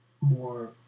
more